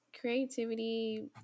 Creativity